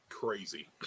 Crazy